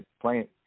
playing